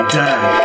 die